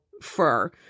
fur